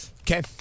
Okay